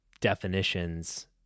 definitions